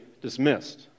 dismissed